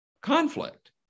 conflict